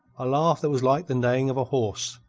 a laugh that was like the neighing of a horse.